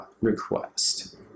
request